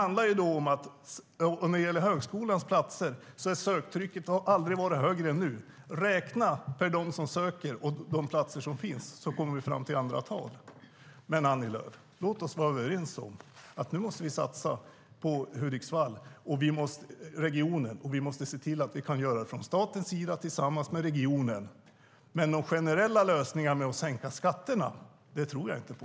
När det gäller högskolans platser har söktrycket aldrig varit högre än nu. Om vi räknar dem som söker och de platser som finns kommer vi fram till andra tal. Men, Annie Lööf, låt oss vara överens om att vi nu måste satsa på Hudiksvall och regionen, och vi måste se till att vi kan göra det från statens sida tillsammans med regionen. Men generella lösningar med att sänka skatterna tror jag inte på.